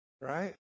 right